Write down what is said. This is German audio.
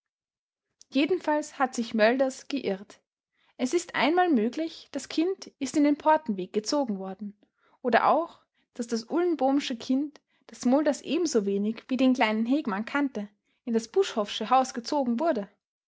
jedenfalls hat sich mölders geirrt es ist einmal möglich das kind ist in den portenweg gezogen worden oder auch daß das ullenboomsche kind das mölders ebensowenig wie den kleinen hegmann kannte in das buschhoffsche haus gezogen wurde